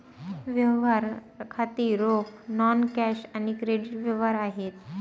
व्यवहार खाती रोख, नॉन कॅश आणि क्रेडिट व्यवहार आहेत